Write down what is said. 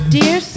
dear